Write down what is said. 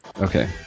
Okay